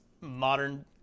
modern